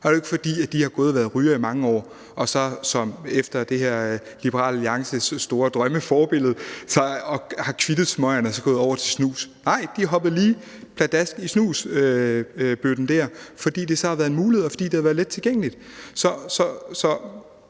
er det jo ikke, fordi de har gået og været rygere i mange år og så, som det foregår i Liberal Alliances store drømmescenarie, har kvittet smøgerne og er gået over til snus. Nej, de er hoppet lige pladask i snusbøtten der, fordi det har været en mulighed, og fordi det har været let tilgængeligt. Så